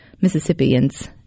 Mississippians